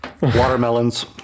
Watermelons